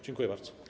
Dziękuję bardzo.